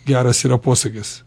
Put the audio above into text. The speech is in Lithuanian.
geras yra posakis